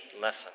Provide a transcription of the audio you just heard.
lesson